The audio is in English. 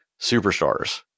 superstars